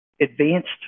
advanced